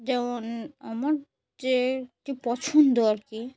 যেমন আমার যে একটি পছন্দ আর কি